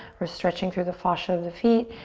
we're stretching through the fascia of the feet.